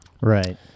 Right